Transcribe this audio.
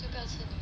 这个是